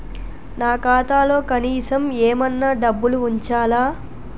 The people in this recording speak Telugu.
నా ఖాతాలో కనీసం ఏమన్నా డబ్బులు ఉంచాలా?